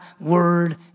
word